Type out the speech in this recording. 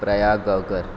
Prayag Gaonkar